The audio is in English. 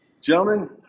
Gentlemen